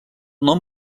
nom